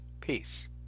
Peace